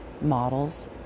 models